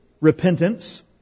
repentance